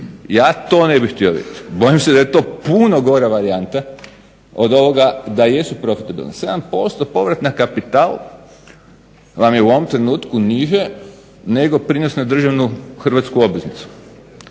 ja to ne bih htio reći, bojim se da je to puno gora varijanta od ovoga da jesu profitabilne. 7% povrat na kapital vam je u ovom trenutku niže nego prinos na državnu obveznicu.